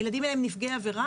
הילדים הם נפגעי עבירה,